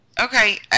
Okay